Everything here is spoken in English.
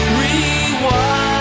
rewind